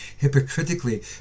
hypocritically